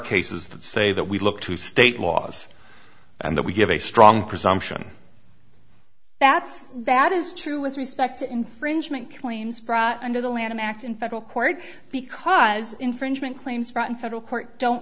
cases that say that we look to state laws and that we give a strong presumption that's that is true with respect to infringement claims brought under the lanham act in federal court because infringement claims right in federal court don't